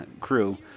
crew